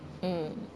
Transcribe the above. mm